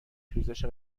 ریزش